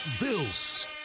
Bills